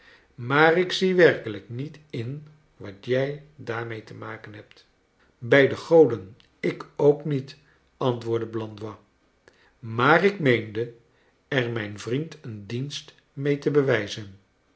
maar ik zie werkelijk niet in wat jij daarmee te maken nebt bij de goden ik ook niet antwoordde blandois maar ik meende er mijn vriend een dienst mee te bewijzen